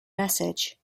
message